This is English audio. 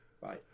Bye